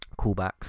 Callbacks